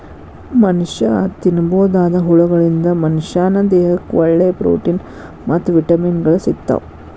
ಮನಷ್ಯಾ ತಿನ್ನಬೋದಾದ ಹುಳಗಳಿಂದ ಮನಶ್ಯಾನ ದೇಹಕ್ಕ ಒಳ್ಳೆ ಪ್ರೊಟೇನ್ ಮತ್ತ್ ವಿಟಮಿನ್ ಗಳು ಸಿಗ್ತಾವ